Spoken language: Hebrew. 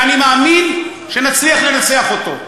ואני מאמין שנצליח לנצח אותו.